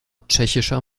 tschechischer